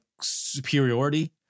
superiority